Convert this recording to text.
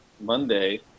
Monday